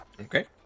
Okay